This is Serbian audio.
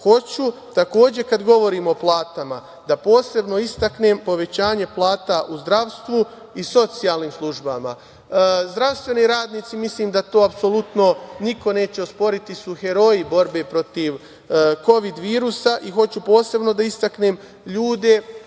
takođe, kada govorim o platama, da posebno istaknem povećanje plata u zdravstvu i socijalnim službama. Zdravstveni radnici, mislim da to apsolutno niko neće osporiti, su heroji u borbi protiv Kovid virusa i hoću posebno da istaknem ljude